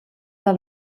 del